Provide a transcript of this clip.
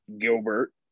Gilbert